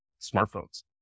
smartphones